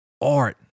art